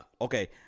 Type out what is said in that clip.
okay